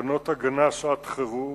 תקנות ההגנה (שעת חירום)